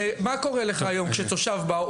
הרי מה קורה לך היום כשתושב בא?